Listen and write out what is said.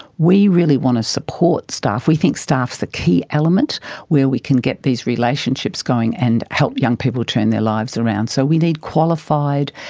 we really want to support staff, we think staff is the key element where we can get these relationships going and help young people turn their lives around. so we need qualified,